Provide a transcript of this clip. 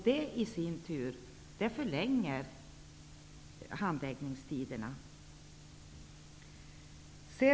Detta förlänger i sin tur handläggningstiderna.